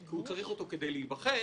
כי הוא צריך אותו כדי להיבחר,